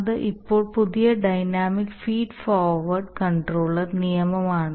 അത് ഇപ്പോൾ പുതിയ ഡൈനാമിക് ഫീഡ് ഫോർവേഡ് കൺട്രോൾ നിയമമാണ്